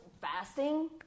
fasting